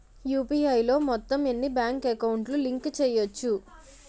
UPI లో మొత్తం ఎన్ని బ్యాంక్ అకౌంట్ లు లింక్ చేయచ్చు?